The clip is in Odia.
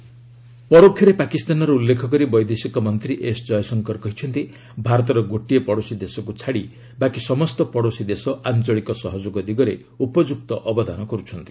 ଜୟଶଙ୍କର ପରୋକ୍ଷରେ ପାକିସ୍ତାନର ଉଲ୍ଲେଖ କରି ବୈଦେଶିକ ମନ୍ତ୍ରୀ ଏସ୍ଜୟଶଙ୍କର କହିଛନ୍ତି ଭାରତର ଗୋଟିଏ ପଡ଼ୋଶୀ ଦେଶକୁ ଛାଡ଼ି ବାକି ସମସ୍ତ ପଡ଼ୋଶୀ ଦେଶ ଆଞ୍ଚଳିକ ସହଯୋଗ ଦିଗରେ ଉପଯୁକ୍ତ ଅବଦାନ କରୁଛନ୍ତି